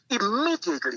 immediately